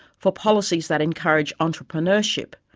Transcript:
for policies that encourage entrepreneurship